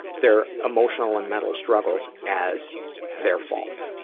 their emotional and mental struggles as their fault.